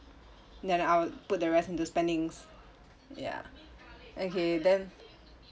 then I would put the rest into spendings ya okay then